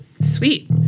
Sweet